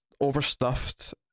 overstuffed